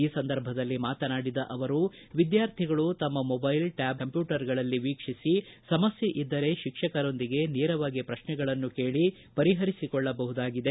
ಈ ಸಂದರ್ಭದಲ್ಲಿ ಮಾತನಾಡಿದ ಅವರು ವಿದ್ಕಾರ್ಥಿಗಳು ತಮ್ಮ ಮೊಬೈಲ್ ಟ್ಕಾಬ್ ಕಂಪ್ಯೂಟರ್ಗಳಲ್ಲಿ ವೀಕ್ಷಿಸಿ ಸಮಸ್ಯೆ ಇದ್ದರೆ ಶಿಕ್ಷಕರೊಂದಿಗೆ ನೇರವಾಗಿ ಪ್ರಶ್ನೆಗಳನ್ನು ಕೇಳಿ ಪರಿಪರಿಸಿಕೊಳ್ಳಬಹುದಾಗಿದೆ